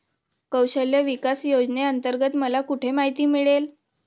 कौशल्य विकास योजनेअंतर्गत मला कुठे माहिती मिळेल?